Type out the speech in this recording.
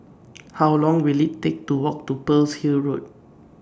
How Long Will IT Take to Walk to Pearl's Hill Road